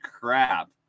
crap